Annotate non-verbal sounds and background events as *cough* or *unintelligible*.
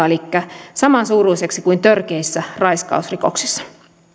*unintelligible* elikkä samansuuruiseksi kuin törkeissä raiskausrikoksissa